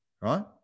Right